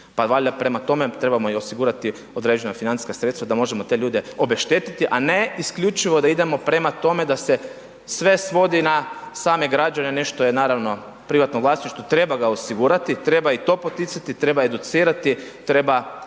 valjda prema tome trebamo i osigurati određena financijska sredstva da možemo te ljude obeštetiti, a ne isključivo da idemo prema tome da se sve svodi na same građane, nešto je naravno privatno vlasništvo, treba ga osigurati, treba i to poticati, treba educirati, treba